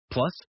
Plus